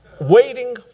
waiting